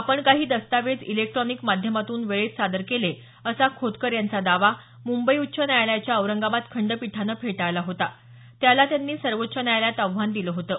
आपण काही दस्तावेज इलेक्ट्रॉनिक माध्यमातून वेळेत सादर केले असा खोतकर यांचा दावा मुंबई उच्च न्यायालयाच्या औरंगाबाद खंडपीठानं फेटाळला होता त्याला त्यांनी सर्वोच्च न्यायालयात आव्हान दिलं होतं